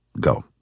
go